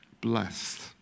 blessed